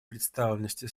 представленности